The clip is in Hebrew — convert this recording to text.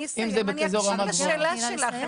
אני אסיים ואני אשיב לשאלה שלך.